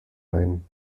ein